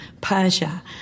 Persia